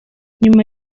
nyuma